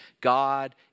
God